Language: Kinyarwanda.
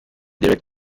derek